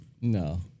no